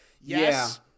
Yes